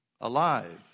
alive